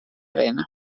rinne